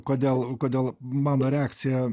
kodėl kodėl mano reakcija